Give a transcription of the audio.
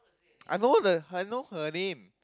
I know then I know her name